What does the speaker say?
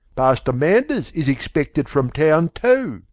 pastor manders is expected from town, too.